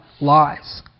lies